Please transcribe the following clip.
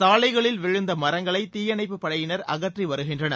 சாலைகளில் விழுந்த மரங்களை தீயணைப்புப் படையினர் அகற்றி வருகின்றனர்